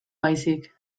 baizik